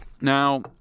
Now